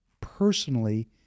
personally